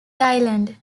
island